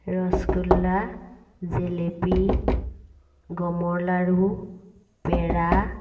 ৰসগোল্লা জেলেপী গমৰ লাৰু পেৰা